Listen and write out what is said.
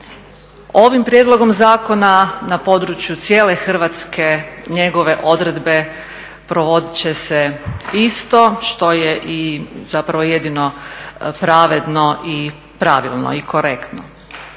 Ovim prijedlogom zakona na području cijele Hrvatske njegove odredbe provodit će se isto što je i zapravo jedino pravedno i pravilno i korektno.